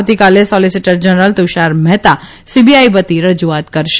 આવતીકાલે solicitor general Tushar Mehta CBI વતી રજૂઆત કરશે